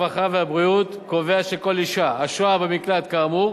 הרווחה והבריאות קובע שכל אשה השוהה במקלט כאמור